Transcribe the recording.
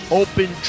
open